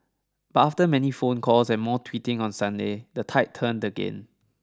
but after many phone calls and more tweeting on Sunday the tide turned again